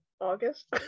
august